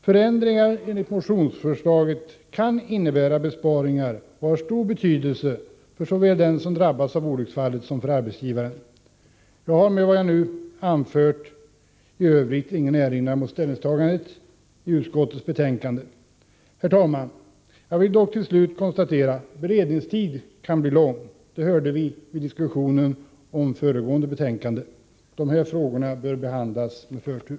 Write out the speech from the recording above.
Förändringar enligt motionsförslaget kan innebära besparingar, och ett genomförande skulle ha stor betydelse såväl för den som drabbas av olycksfallet som för arbetsgivaren. Jag har förutom vad jag nu har anfört ingen erinran mot ställningstagandet i utskottets hemställan. Herr talman! Jag konstaterar till slut att beredningstiden kan bli lång. Vi hörde det vid diskussionen om föregående betänkande. Dessa frågor bör behandlas med förtur.